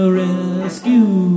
rescue